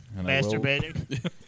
Masturbating